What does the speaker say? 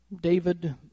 David